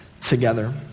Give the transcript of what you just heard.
together